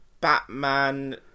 Batman